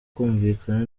kumvikana